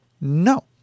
No